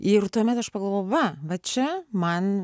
ir tuomet aš pagalvojau va va čia man